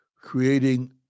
creating